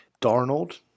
Darnold